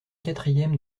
quatrième